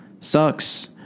Sucks